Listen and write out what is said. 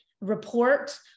report